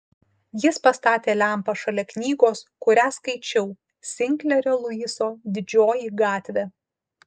jis pastatė lempą šalia knygos kurią skaičiau sinklerio luiso didžioji gatvė